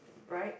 bright